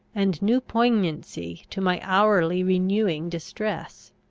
and new poignancy to my hourly-renewing distress.